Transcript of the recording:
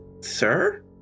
Sir